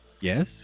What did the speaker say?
Yes